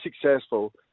successful